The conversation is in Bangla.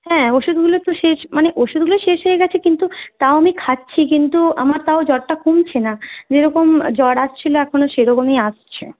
হ্যাঁ ওষুধগুলো তো শেষ মানে ওষুধগুলো শেষ হয়ে গেছে কিন্তু তাও আমি খাচ্ছি কিন্তু আমার তাও জ্বরটা কমছে না যেরকম জ্বর আসছিল এখনও সেরকমই আসছে